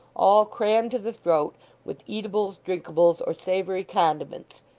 all crammed to the throat with eatables, drinkables, or savoury condiments